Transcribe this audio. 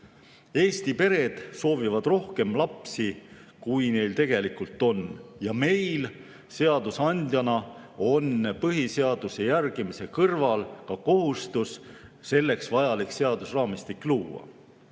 Eesti pered soovivad rohkem lapsi, kui neil tegelikult on, ja meil seadusandjana on põhiseaduse järgimise kõrval ka kohustus selleks vajalik seadusraamistik luua.